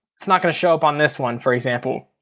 it's not gonna show up on this one, for example.